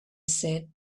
said